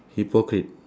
hypocrite